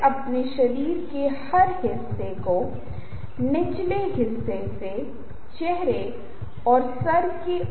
अपने पाठ के माध्यम से एक ही चीज़ एक ही चीज़ का संचार करें